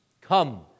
Come